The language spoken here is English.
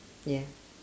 ya